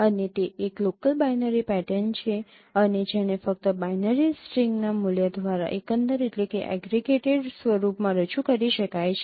અને તે એક લોકલ બાઈનરી પેટર્ન છે અને જેને ફક્ત બાઈનરી સ્ટ્રિંગના મૂલ્ય દ્વારા એકંદર સ્વરૂપમાં રજૂ કરી શકાય છે